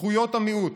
זכויות המיעוט,